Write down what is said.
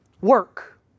work